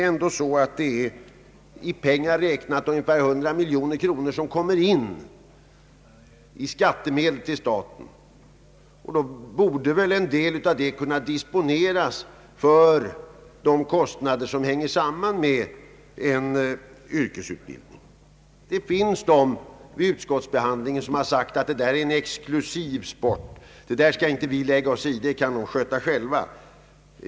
Hästsporten ger staten ungefär 100 miljoner kronor per år i skattemedel, och då borde väl ändå en del av dessa pengar kunna disponeras för att täcka kostnaderna för en yrkesutbildning. Vid utskottsbehandlingen har det påståtts att hästsporten är en exklusiv sport. Den skall vi inte lägga oss i, utan den får utövarna sköta själva.